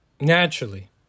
Naturally